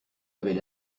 avait